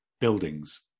buildings